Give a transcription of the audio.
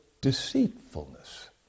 deceitfulness